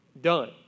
done